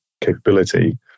capability